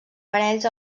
parells